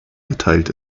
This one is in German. geteilt